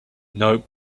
nope